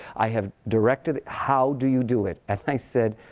i have directed how do you do it? and i said,